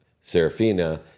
Serafina